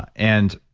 and